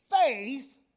faith